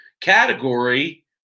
category